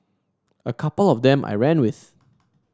a couple of them I ran with